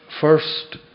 first